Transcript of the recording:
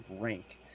rank